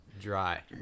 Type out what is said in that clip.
dry